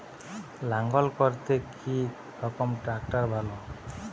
লাঙ্গল করতে কি রকম ট্রাকটার ভালো?